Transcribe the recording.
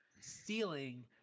stealing